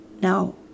now